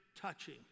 touching